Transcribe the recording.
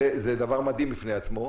שזה דבר מדהים בפני עצמו,